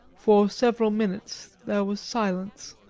for several minutes there was silence.